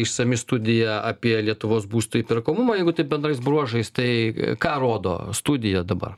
išsami studija apie lietuvos būsto įperkamumą jeigu taip bendrais bruožais tai ką rodo studija dabar